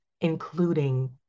including